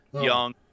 young